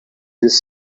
this